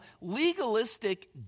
legalistic